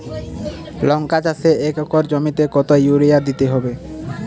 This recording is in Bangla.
লংকা চাষে এক একর জমিতে কতো ইউরিয়া দিতে হবে?